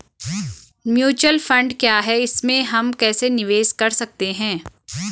Mutual fund क्या है इसमें हम कैसे निवेश कर सकते हैं?